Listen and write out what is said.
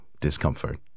discomfort